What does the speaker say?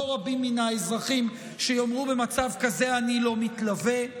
לא רבים מן האזרחים יאמרו במצב כזה: אני לא מתלווה.